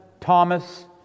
Thomas